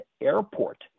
airport